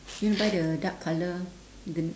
you want to buy the dark colour the